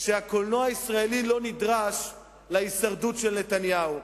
שהקולנוע הישראלי לא נדרש להישרדות של נתניהו.